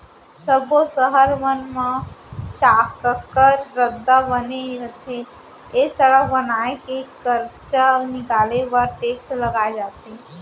सब्बो सहर मन म चाक्कर रद्दा बने रथे ए सड़क बनाए के खरचा निकाले बर टेक्स लगाए जाथे